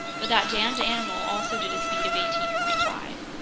but that damned animal also did a speed of eighteen point five.